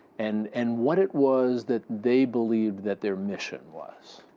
and and what it was that they believed that their mission was.